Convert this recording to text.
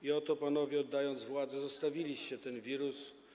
I oto panowie, oddając władzę, zostawiliście ten wirus.